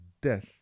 death